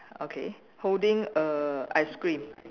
okay holding a ice cream